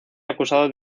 acusado